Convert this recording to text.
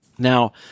Now